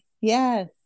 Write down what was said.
Yes